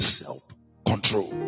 self-control